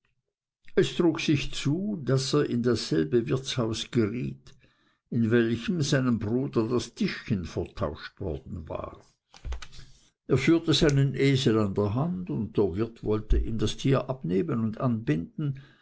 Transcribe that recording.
es trug sich zu daß er in dasselbe wirtshaus geriet in welchem seinem bruder das tischchen vertauscht war er führte seinen esel an der hand und der wirt wollte ihm das tier abnehmen und anbinden